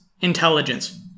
intelligence